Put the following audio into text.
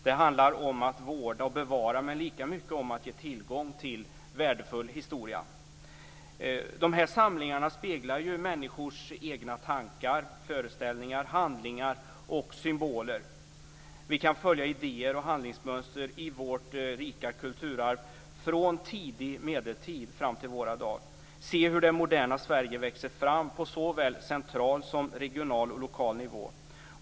Det handlar om att vårda och bevara, men lika mycket om att ge tillgång till värdefull historia. Dessa samlingar speglar människors egna tankar, föreställningar, handlingar och symboler. Vi kan följa idéer och handlingsmönster i vårt rika kulturarv från tidig medeltid fram till våra dagar och se hur det moderna Sverige växer fram på såväl central som regional och lokal nivå.